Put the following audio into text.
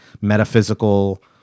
metaphysical